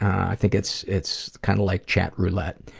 i think it's it's kind of like chatroulette.